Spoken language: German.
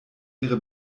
ihre